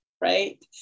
right